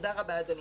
תודה רבה, אדוני.